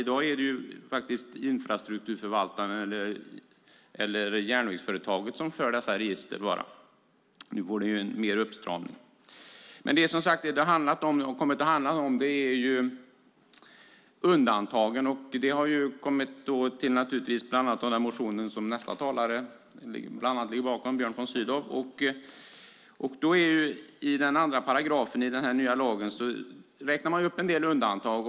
I dag är det bara infrastrukturförvaltaren eller järnvägsföretaget som för dessa register. Nu blir det en uppstramning. Men det som detta har kommit att handla om är undantagen. Det gäller bland annat den motion som bland andra nästa talare, Björn von Sydow, ligger bakom. I den andra paragrafen i den nya lagen räknar man upp en del undantag.